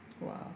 wow